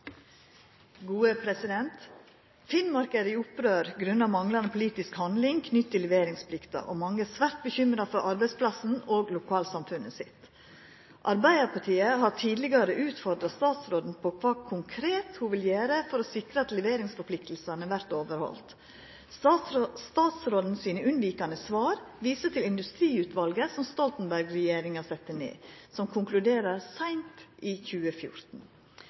leveringsplikta, og mange er svært bekymra for arbeidsplassen og lokalsamfunnet sitt. Arbeidarpartiet har tidlegare utfordra statsråden på kva konkret ho vil gjere for å sikra at leveringsforpliktingane vert overhaldne. Statsråden sine unnvikande svar viser til industriutvalet som Stoltenberg-regjeringa sette ned, som konkluderer seint i 2014.